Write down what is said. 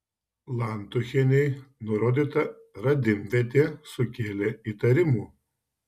lantuchienei nurodyta radimvietė sukėlė įtarimų